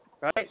right